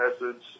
message